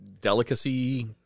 delicacy